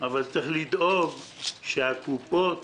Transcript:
המציאות היא שקודם